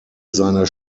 seiner